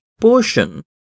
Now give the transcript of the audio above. portion